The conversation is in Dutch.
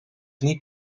niet